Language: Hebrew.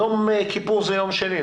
יום כיפור, זה יום שני.